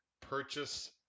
purchase